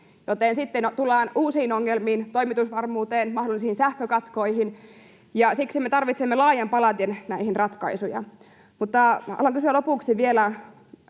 joten sitten tullaan uusiin ongelmiin, toimitusvarmuuteen ja mahdollisiin sähkökatkoihin. Siksi me tarvitsemme laajan paletin ratkaisuja. Haluan kysyä lopuksi vielä